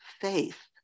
faith